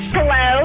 Hello